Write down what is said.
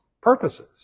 purposes